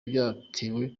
byatewe